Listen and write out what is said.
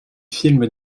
films